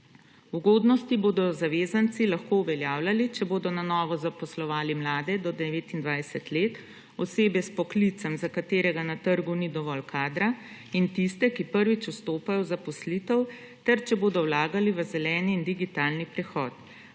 Ugodnosti bodo zavezanci lahko uveljavljali, če bodo na novo zaposlovali mlade do 29 let, osebe s poklicem, za katerega na trgu ni dovolj kadra, in tiste, ki prvič vstopajo v zaposlitev, ter če bodo vlagali v zeleni in digitalni prehod.